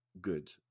good